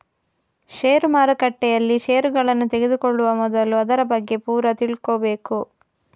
ಷೇರು ಮಾರುಕಟ್ಟೆಯಲ್ಲಿ ಷೇರುಗಳನ್ನ ತೆಗೆದುಕೊಳ್ಳುವ ಮೊದಲು ಅದರ ಬಗ್ಗೆ ಪೂರ ತಿಳ್ಕೊಬೇಕು